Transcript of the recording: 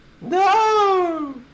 No